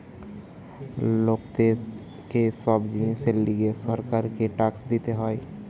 লোকদের কে সব জিনিসের লিগে সরকারকে ট্যাক্স দিতে হয়